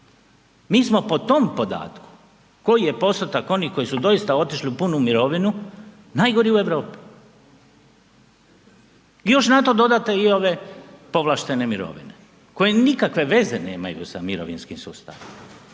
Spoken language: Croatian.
Mi smo po tom podatku koji je postotak onih koji su doista otišli u punu mirovinu, najgori u Europi. I još na to dodate i ove povlaštene mirovine koje nikakve veze nemaju sa mirovinskim sustavom.